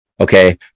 Okay